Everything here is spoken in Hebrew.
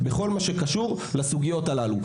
בכל מה שקשור לסוגיות הללו,